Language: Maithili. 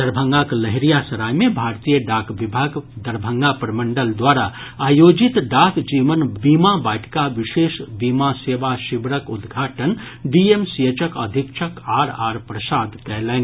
दरभंगाक लहेरियासराय मे भारतीय डाक विभाग दरभंगा प्रमंडल द्वारा आयोजित डाक जीवन बीमा वाटिका विशेष बीमा सेवा शिविरक उद्घाटन डीएमसीएचक अधीक्षक आर आर प्रसाद कयलनि